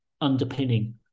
underpinning